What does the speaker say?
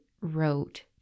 wrote